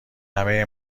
همه